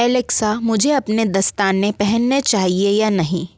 Alexa मुझे अपने दस्ताने पहनने चाहिए या नहीं